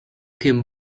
kien